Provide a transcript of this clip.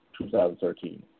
2013